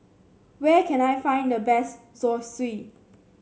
where can I find the best Zosui